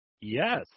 Yes